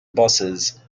buses